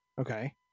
okay